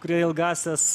kurie ilgąsias